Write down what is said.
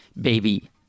Baby